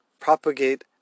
Propagate